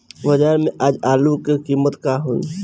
बाजार में आज आलू के कीमत का होई?